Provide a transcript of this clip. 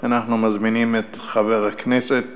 אנחנו מזמינים את חבר הכנסת